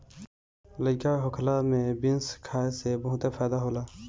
लइका होखला में बीन्स खाए से बहुते फायदा होला